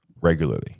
regularly